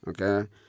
okay